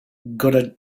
gotta